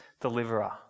deliverer